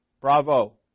Bravo